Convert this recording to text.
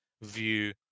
view